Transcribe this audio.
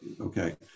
Okay